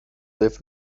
live